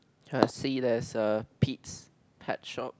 I see there's a Pete's pet shop